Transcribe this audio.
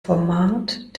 format